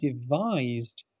devised